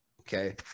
Okay